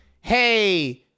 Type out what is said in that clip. hey